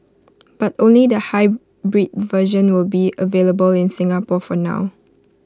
but only the hybrid version will be available in Singapore for now